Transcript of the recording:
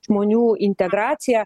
žmonių integraciją